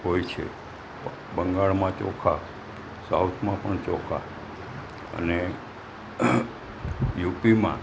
હોય છે બંગાળમાં ચોખા સાઉથમાં પણ ચોખા અને યુપીમાં